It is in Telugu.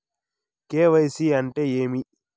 కె.వై.సి అంటే ఏమి?